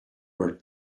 were